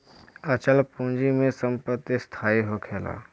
अचल पूंजी में संपत्ति स्थाई होखेला